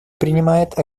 принимает